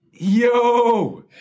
Yo